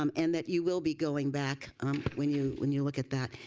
um and that you will be going back when you when you look at that.